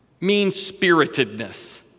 mean-spiritedness